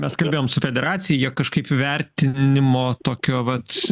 mes kalbėjom su federacija jie kažkaip vertinimo tokio vat